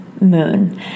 moon